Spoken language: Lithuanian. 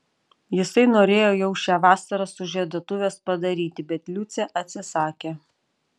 jisai norėjo jau šią vasarą sužieduotuves padaryti bet liucė atsisakė